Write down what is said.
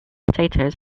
potatoes